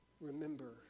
Remember